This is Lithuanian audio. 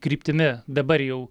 kryptimi dabar jau